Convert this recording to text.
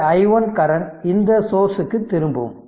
இந்த i1 current இந்த சோர்ஸ்க்கு திரும்பும்